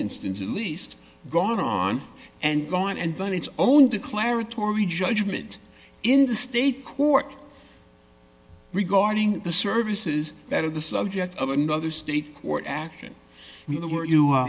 instance at least gone on and gone and done its own declaratory judgment in the state court regarding the services that are the subject of another state court action you know the work you are